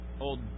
old